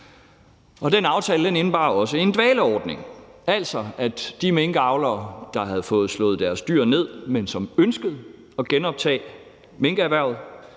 Og den aftale indebar også en dvaleordning, altså at de minkavlere, der havde fået slået deres dyr ned, men som ønskede at genoptage minkerhvervet,